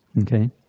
okay